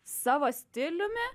savo stiliumi